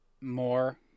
more